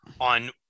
on